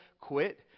quit